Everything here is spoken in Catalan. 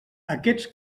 aquests